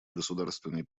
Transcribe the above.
государственный